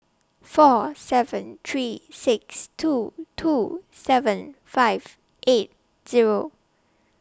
four seven three six two two seven five eight Zero